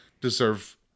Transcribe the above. deserve